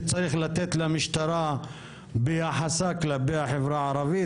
שצריך לתת למשטרה ביחסה כלפי החברה הערבית,